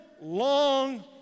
long